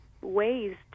ways